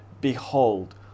behold